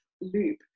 loop